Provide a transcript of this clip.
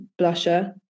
blusher